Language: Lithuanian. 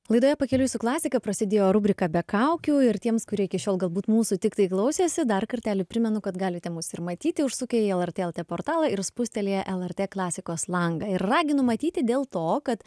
laidoje pakeliui su klasika prasidėjo rubrika be kaukių ir tiems kurie iki šiol galbūt mūsų tiktai klausėsi dar kartelį primenu kad galite mus ir matyti užsukę į lrt lt portalą ir spustelėję lrt klasikos langą ir raginu matyti dėl to kad